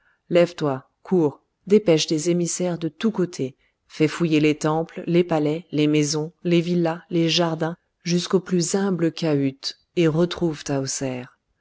lève-toi cours dépêche des émissaires de tous côtés fais fouiller les temples les palais les maisons les villas les jardins jusqu'aux plus humbles cahutes et retrouve